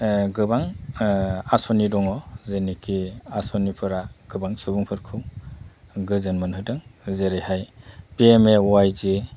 गोबां आसनि दङ जेनिखि आसनिफोरा गोबां सुबुंफोरखौ गोजोन मोनहोदों जेरैहाय पि एम ए अवाय जि